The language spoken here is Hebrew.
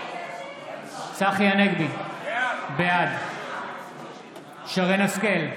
בעד צחי הנגבי, בעד שרן מרים השכל,